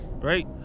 Right